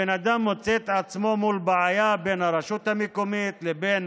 הבן אדם מוצא את עצמו מול בעיה בין הרשות המקומית לבין